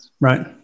Right